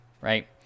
right